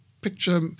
picture